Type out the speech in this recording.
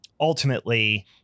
ultimately